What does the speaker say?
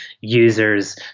users